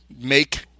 make